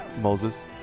Moses